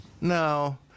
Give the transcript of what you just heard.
No